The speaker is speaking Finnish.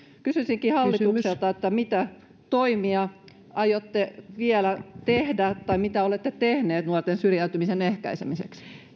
kysyisinkin hallitukselta mitä toimia aiotte vielä tehdä tai mitä olette tehneet nuorten syrjäytymisen ehkäisemiseksi